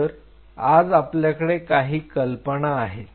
तर आज आपल्याकडे काही कल्पना आहेत